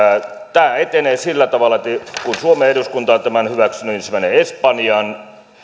tämä etenee sillä tavalla että kun suomen eduskunta on tämän hyväksynyt niin se menee espanjan